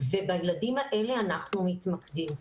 ובילדים האלה אנחנו מתמקדים.